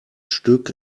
stück